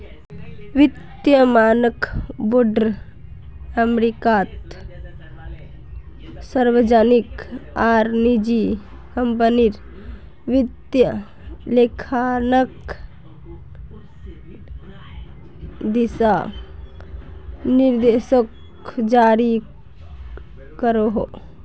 वित्तिय मानक बोर्ड अमेरिकात सार्वजनिक आर निजी क्म्पनीर वित्तिय लेखांकन दिशा निर्देशोक जारी करोहो